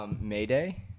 Mayday